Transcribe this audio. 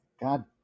God